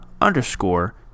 underscore